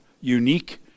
unique